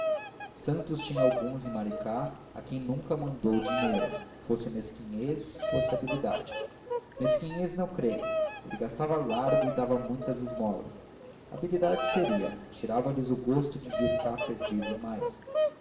santos tinha alguns em maricá a quem nunca mandou dinheiro fosse mesquinhez fosse habilidade mesquinhez não creio ele gastava largo e dava muitas esmolas habilidade seria tirava lhes o gosto de vir cá pedir-lhe mais